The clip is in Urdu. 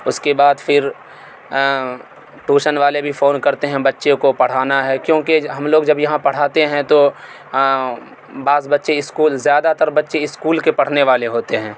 اس کے بعد پھر ٹوشن والے بھی فون کرتے ہیں بچے کو پڑھانا ہے کیونکہ ہم لوگ جب یہاں پڑھاتے ہیں تو بعض بچے اسکول زیادہ تر بچے اسکول کے پڑھنے والے ہوتے ہیں